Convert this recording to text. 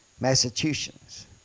Massachusetts